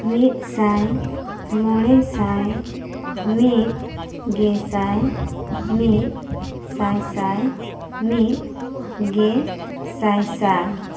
ᱢᱤᱫᱥᱟᱭ ᱢᱚᱬᱮᱥᱟᱭ ᱢᱤᱫ ᱜᱮᱥᱟᱭ ᱢᱤᱫ ᱥᱟᱥᱟᱭ ᱢᱤᱫᱜᱮ ᱥᱟᱥᱟᱭ